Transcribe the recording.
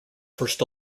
first